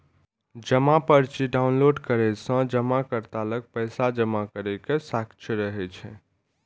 जमा पर्ची डॉउनलोड करै सं जमाकर्ता लग पैसा जमा करै के साक्ष्य रहै छै